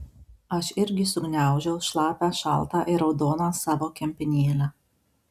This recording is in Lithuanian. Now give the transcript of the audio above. aš irgi sugniaužiau šlapią šaltą ir raudoną savo kempinėlę